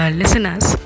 listeners